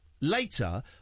later